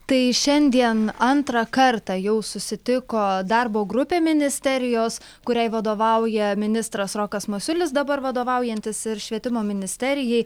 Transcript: tai šiandien antrą kartą jau susitiko darbo grupė ministerijos kuriai vadovauja ministras rokas masiulis dabar vadovaujantis ir švietimo ministerijai